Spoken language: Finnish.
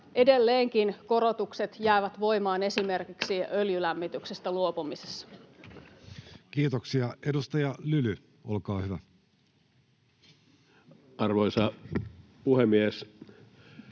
edelleenkin korotukset jäävät voimaan esimerkiksi öljylämmityksestä luopumisessa. Kiitoksia. — Edustaja Lyly, olkaa hyvä. Arvoisa puhemies!